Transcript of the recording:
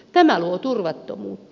tämä luo turvattomuutta